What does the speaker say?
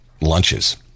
lunches